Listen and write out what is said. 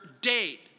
date